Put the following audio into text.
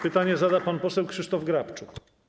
Pytanie zada pan poseł Krzysztof Grabczuk.